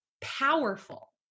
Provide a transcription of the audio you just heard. powerful